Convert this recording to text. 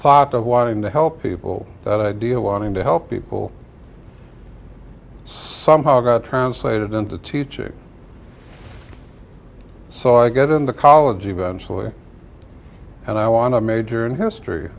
thought of wanting to help people that idea wanting to help people somehow got translated into teaching so i get into college eventually and i want to major in history